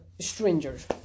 strangers